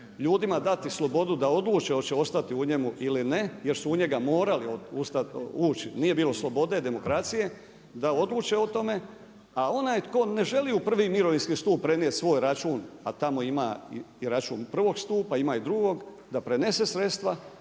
ljudima dati slobodu da odluče hoće li ostati u njemu ili ne, jer su u njega morali ući, nije bilo slobode, demokracije, da odluče o tome. A onaj tko ne želi u prvi mirovinski stup prenijet svoj račun a tamo ima i račun prvog stupa, ima i drugog, da prenese sredstva